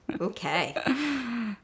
Okay